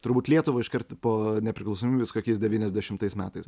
turbūt lietuvą iškart po nepriklausomybės kokiais devyniasdešimtais metais